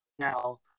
now